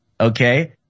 Okay